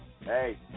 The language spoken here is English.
Hey